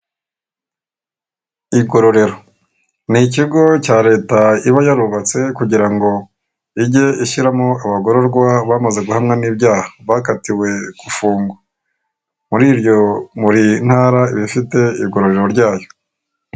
Igororero ni ikigo cya leta iba yarubatse kugira ngo ijye ishyiramo abagororwa bamaze guhamwa n'ibyaha bakatiwe gufungwa, buri iryo buri ntara iba ifite igororerwa ryayo.